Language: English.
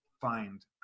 find